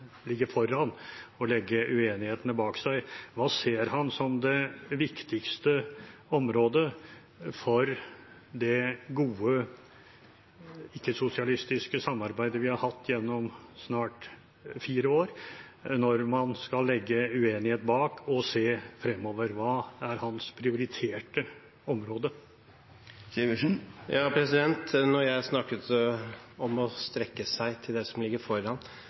ligger foran og legge uenighetene bak seg. Hva ser han som det viktigste området for det gode ikke-sosialistiske samarbeidet vi har hatt gjennom snart fire år, når man skal legge uenighet bak seg og se fremover? Hva er hans prioriterte område? Når jeg snakket om å strekke seg etter det som ligger foran,